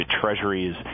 treasuries